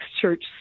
Church